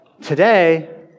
today